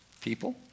people